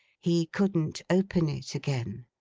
he couldn't open it again.